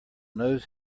nose